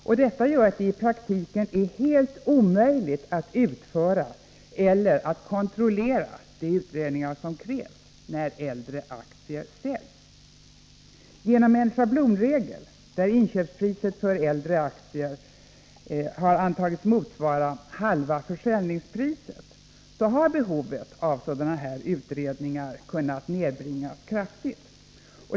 Detta gör att det i praktiken är helt omöjligt att utföra eller kontrollera de utredningar som krävs när äldre aktier säljs. Genom en schablonregel, enligt vilken inköpspriset för äldre aktier antas motsvara halva försäljningspriset, har behovet av utredningar kunnat kraftigt nedbringas.